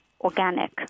organic